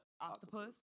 Octopus